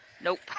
Nope